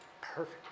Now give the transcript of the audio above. perfect